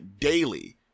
daily